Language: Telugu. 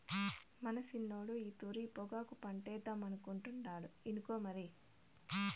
మన సిన్నోడు ఈ తూరి పొగాకు పంటేద్దామనుకుంటాండు ఇనుకో మరి